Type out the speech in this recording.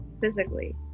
physically